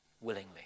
willingly